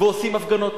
ועושים הפגנות.